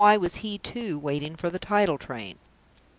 and why was he, too, waiting for the tidal train?